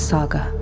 Saga